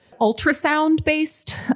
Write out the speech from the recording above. ultrasound-based